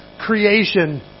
creation